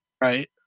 right